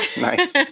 Nice